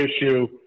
issue